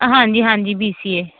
ਹਾਂਜੀ ਹਾਂਜੀ B C ਏ